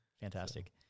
Fantastic